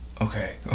okay